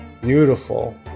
beautiful